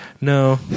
No